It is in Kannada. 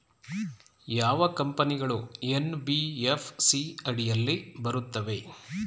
ಯಾವ ಕಂಪನಿಗಳು ಎನ್.ಬಿ.ಎಫ್.ಸಿ ಅಡಿಯಲ್ಲಿ ಬರುತ್ತವೆ?